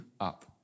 up